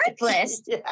list